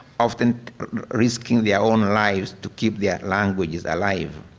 often risking their own lives to keep their languages alive.